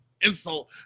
insult